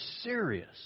serious